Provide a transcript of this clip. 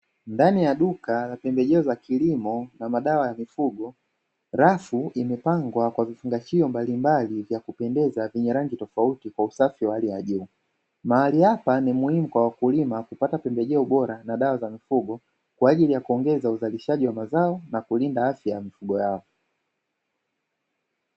Ndani ya duka la pembejeo za kilimo na madawa ya mifugo, rafu imepangwa kwa vifungashio mbalimbali vya kupendeza vyenye rangi tofauti kwa usafi wa hali ya juu. Mahali hapa ni muhimu kwa wakulima kupata pembejeo bora na dawa za mifugo kwa ajili ya kuongeza uzalishaji wa mazao na kulinda afya ya mifugo yao.